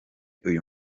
uyu